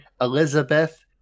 Elizabeth